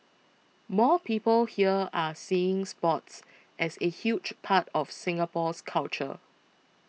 more people here are seeing sports as a huge part of Singapore's culture